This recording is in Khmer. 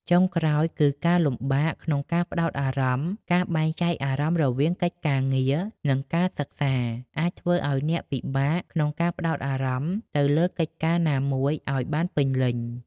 ចុងក្រោយ គឺ ការលំបាកក្នុងការផ្តោតអារម្មណ៍ ការបែងចែកអារម្មណ៍រវាងកិច្ចការងារ និងការសិក្សា អាចធ្វើឱ្យអ្នកពិបាកក្នុងការផ្តោតអារម្មណ៍ទៅលើកិច្ចការណាមួយឱ្យបានពេញលេញ។